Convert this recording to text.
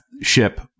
ship